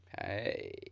Hey